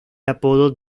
apodo